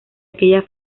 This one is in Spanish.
aquella